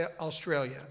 Australia